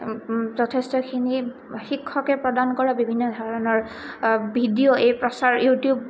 যথেষ্টখিনি শিক্ষকে প্ৰদান কৰা বিভিন্ন ধৰণৰ ভিডিঅ' এই প্ৰচাৰ ইউটিউব